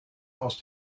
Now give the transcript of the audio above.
aus